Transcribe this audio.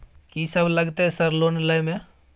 कि सब लगतै सर लोन लय में?